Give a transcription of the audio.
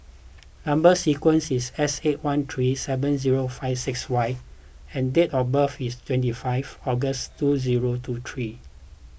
Number Sequence is S eight one three seven zero five six Y and date of birth is twenty five August two zero two three